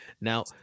Now